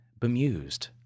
Bemused